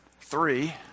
three